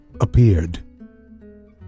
appeared